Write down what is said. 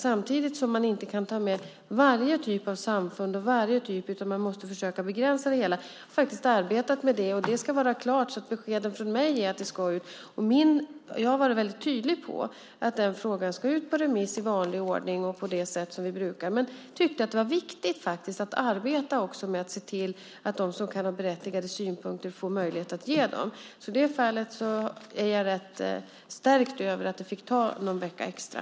Samtidigt kan man inte ta med varje typ av samfund, utan man måste försöka begränsa det hela. Jag har faktiskt arbetat med det, och det ska vara klart, så att beskeden från mig är att det ska ut. Jag har varit väldigt tydlig med att den frågan ska ut på remiss i vanlig ordning och på det sätt som vi brukar göra. Men jag tyckte faktiskt att det var viktigt att också arbeta med att se till att de som kan ha berättigade synpunkter får möjlighet att ge dem. I det fallet är jag rätt stärkt över att det fick ta någon vecka extra.